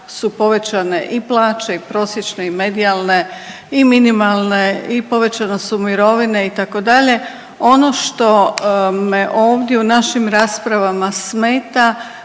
su povećane i plaće i prosječne i medijalne i minimalne i povećane su mirovine itd. Ono što me ovdje u našim raspravama smeta